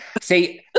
See